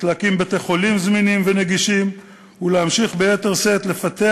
יש להקים בתי-חולים זמינים ונגישים ולהמשיך ביתר שאת לפתח